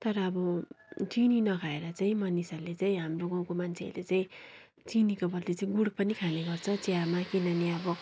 तर अब चिनी नखाएर चाहिँँ मानिसहरूले चाहिँ हाम्रो गाउँको मान्छेहरूले चाहिँ चिनीको बदली चाहिँ गुँड पनि खाने गर्छ चियामा किनभने अब